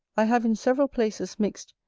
i have in several places mixed,